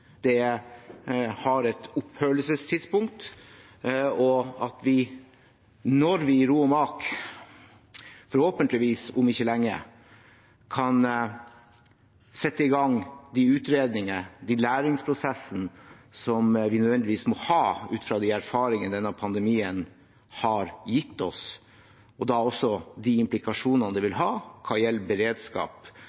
den har et opphøringstidspunkt, og at vi, når vi i ro og mak, forhåpentligvis om ikke lenge, kan sette i gang de utredninger og de læringsprosesser som vi nødvendigvis må ha ut fra de erfaringene denne pandemien har gitt oss – og da også de implikasjonene det vil